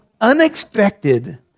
unexpected